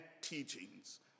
teachings